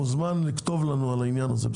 מוזמן לכתוב לנו על העניין הזה.